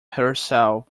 herself